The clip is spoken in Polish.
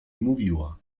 mówiła